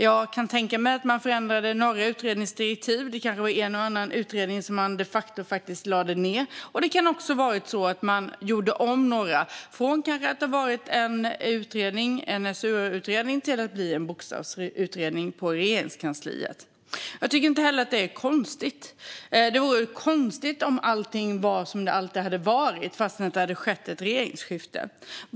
Jag kan tänka mig att de förändrade några utredningsdirektiv. Kanske lade de de facto ned en och annan utredning. De kan också ha gjort om några, från att ha varit en SOU till att bli en bokstavsutredning på Regeringskansliet. Jag tycker inte att det är konstigt. Det vore konstigt om allting skulle vara som det alltid har varit trots att det har skett ett regeringsskifte.